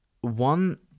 one